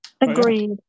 Agreed